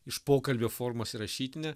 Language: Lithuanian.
iš pokalbio formos į rašytinę